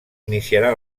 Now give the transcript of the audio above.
iniciarà